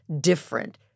different